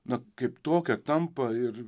na kaip tokia tampa ir